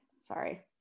sorry